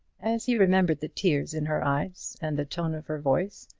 as he remembered the tears in her eyes, and the tone of her voice,